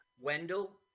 Wendell